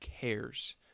cares